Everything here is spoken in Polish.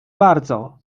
bardzo